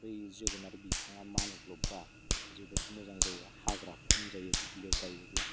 बै जोगोनार बिफाङा मानग्लबब्ला जोबोद मोजां जायो हाग्रा खम जायो दुब्लियाव गायोब्ला